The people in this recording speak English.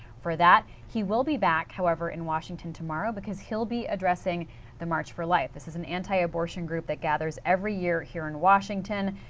for that. he will be back however in washington tomorrow, because he will be addressing the march for life. this is an antiabortion group that gathers every year here in washington,